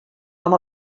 amb